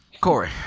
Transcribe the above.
Corey